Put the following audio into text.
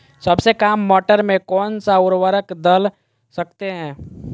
सबसे काम मटर में कौन सा ऊर्वरक दल सकते हैं?